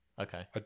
Okay